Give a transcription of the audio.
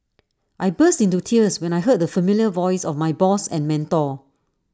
I burst into tears when I heard the familiar voice of my boss and mentor